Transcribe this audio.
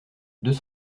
deux